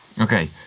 Okay